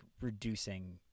reducing